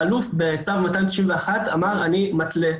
האלוף בצו 1991 אמר שהוא מתלה,